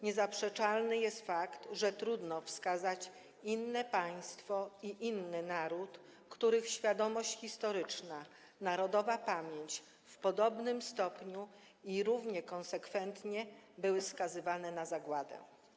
Niezaprzeczalny jest fakt, że trudno wskazać inne państwa i inne narody, których świadomość historyczna, narodowa pamięć w podobnym stopniu i równie konsekwentnie były skazywane na zagładę.